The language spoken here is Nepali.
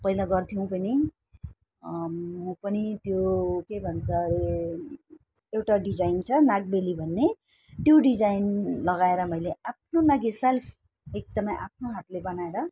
पहिला गर्थ्यौँ पनि म पनि त्यो के भन्छ अरे एउटा डिजाइन छ नागबेली भन्ने त्यो डिजाइन लगाएर मैले आफ्नो लागि सेल्फ एकदमै आफ्नु हातले बनाएर